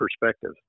perspective